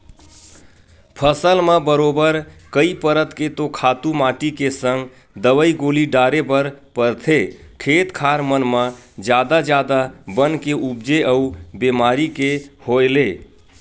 फसल म बरोबर कई परत के तो खातू माटी के संग दवई गोली डारे बर परथे, खेत खार मन म जादा जादा बन के उपजे अउ बेमारी के होय ले